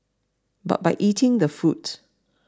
but by eating the food